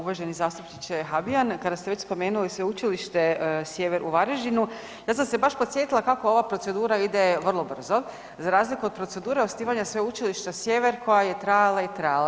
Evo uvaženi zastupniče Habijan kada ste već spomenuli Sveučilište Sjever u Varaždinu ja sam se baš podsjetila kako ova procedura ide vrlo brzo za razliku od procedure osnivanja Sveučilišta Sjever koja je trajala i trajala.